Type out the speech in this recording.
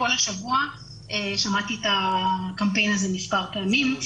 כל השבוע שמעתי את הקמפיין הזה מספר הפעמים.